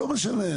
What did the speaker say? לא משנה,